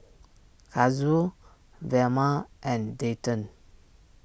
Kazuo Velma and Dayton